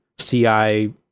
CI